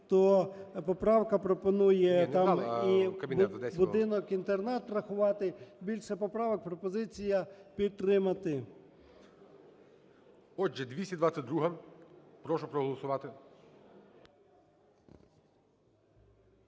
то поправка пропонує там і будинок-інтернат врахувати. Більше поправок, пропозиція підтримати.